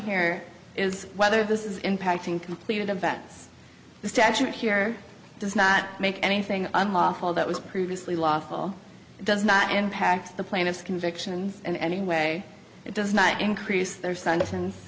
here is whether this is impacting completed events the statute here does not make anything unlawful that was previously lawful does not impact the plaintiff's convictions in any way it does not increase their s